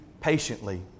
patiently